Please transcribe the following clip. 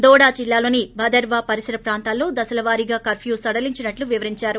దోడా జిల్లాలోని భదర్వా పరిసర ప్రాంతాల్లో దశల వారీగా కర్ఫ్యూ సడలించినట్లు వివరించారు